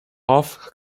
off